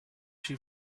she